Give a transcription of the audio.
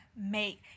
make